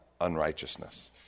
unrighteousness